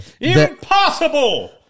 Impossible